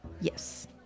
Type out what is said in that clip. yes